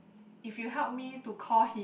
if you help me to call him